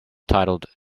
titled